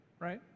right